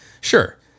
Sure